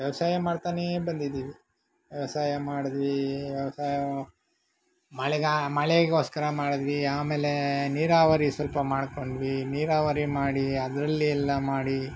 ವ್ಯವಸಾಯ ಮಾಡ್ತಾನೇ ಬಂದಿದ್ದೀವಿ ವ್ಯವಸಾಯ ಮಾಡಿದ್ವಿ ವ್ಯವಸಾಯ ಮಳೆಗೆ ಮಳೆಗೋಸ್ಕರ ಮಾಡಿದ್ವಿ ಆಮೇಲೆ ನೀರಾವರಿ ಸ್ವಲ್ಪ ಮಾಡಿಕೊಂಡ್ವಿ ನೀರಾವರಿ ಮಾಡಿ ಅದರಲ್ಲಿ ಎಲ್ಲ ಮಾಡಿ